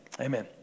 Amen